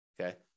okay